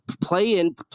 play-in